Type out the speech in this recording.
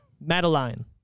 Madeline